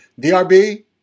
DRB